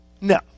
No